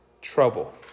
Trouble